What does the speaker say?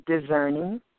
Discerning